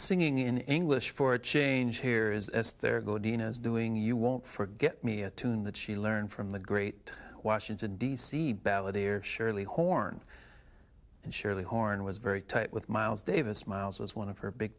singing in english for a change here is s there go dinos doing you won't forget me a tune that she learned from the great washington d c balladeer surely horn and surely horn was very tight with miles davis miles was one of her big